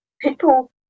people